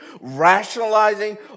rationalizing